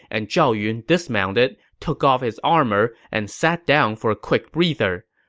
and zhao yun dismounted, took off his armor, and sat down for a quick breather.